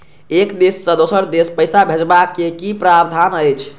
एक देश से दोसर देश पैसा भैजबाक कि प्रावधान अछि??